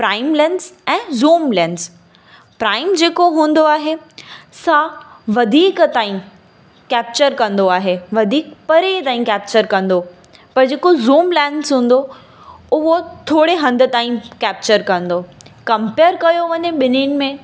prime lens ऐं zoom lens prime जे को हूंदो आहे सां वधीक ताईं केप्चर कंदो आहे वधीक पहिरें ताईं केप्चर कंदो पर जे को ज़ूम लेंस हूंदो उहो थोरे हंधु ताईं केप्चर कंदो कंपेर कयो वञे ॿिन्हिनि में